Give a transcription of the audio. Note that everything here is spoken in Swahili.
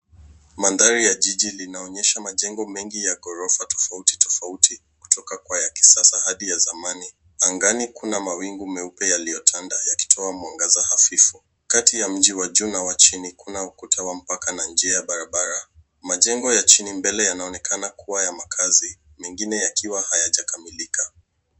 Mandhari ya jiji linaonyesha majengo mengi ya ghorofa tofauti tofauti kutoka kwa ya kisasa hadi ya zamani. Angani kuna mawingu mengi meupe yaliyotanda yakitoa mwangaza hafifu. Katika ya mji wa juu na wa chini, kuna ukuta wa mpaka na njia barabara majengo ya chini mbele yananonekana kuwa ya makazi mengine yakiwa hayajakamilika.